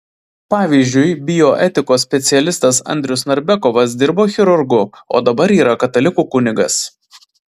pavyzdžiui bioetikos specialistas andrius narbekovas dirbo chirurgu o dabar yra katalikų kunigas